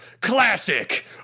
Classic